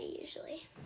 usually